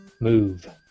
move